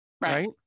Right